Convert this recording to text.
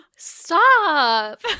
Stop